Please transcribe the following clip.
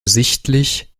sichtlich